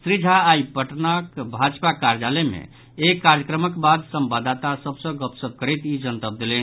श्री झा आइ पटनाक भाजपा कार्यालय मे एक कार्यक्रमक बाद संवाददाता सभ सॅ गपशप करैत ई जनतब देलनि